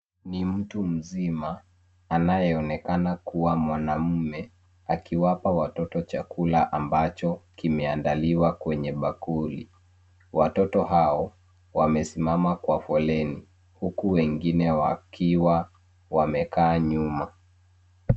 Ni mtu mzima anayeonekana kuwa mwanaume akiwapa watoto chakula ambacho kimeandaliwa kwenye bakuli. Watoto hao wamesimama kwa foleni huku wengine wakiwa wamekaa nyuma.